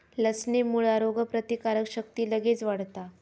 लसणेमुळा रोगप्रतिकारक शक्ती लगेच वाढता